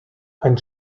ein